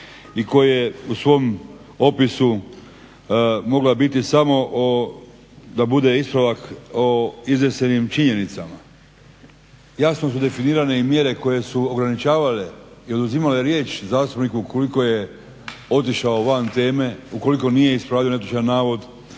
i koji je u svom opisu mogla biti samo da bude ispravak o iznesenim činjenicama, jasno su definirane i mjere koje su ograničavale i oduzimale riječ zastupniku ukoliko je otišao van teme ukoliko nije ispravljao netočan navod